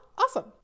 Awesome